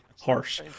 Harsh